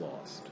Lost